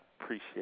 appreciate